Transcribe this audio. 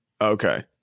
Okay